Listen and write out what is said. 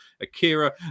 Akira